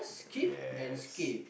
yes